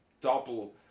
double